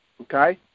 okay